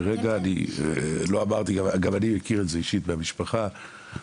לצערי הרב עברתי גם משהו דומה עם המשפחה,